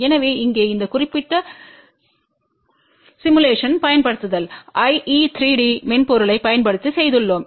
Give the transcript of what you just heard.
எனவே இங்கே இந்த குறிப்பிட்ட சிமுலேஷன்ப்படுத்துதல் IE3D மென்பொருளைப் பயன்படுத்தி செய்துள்ளோம்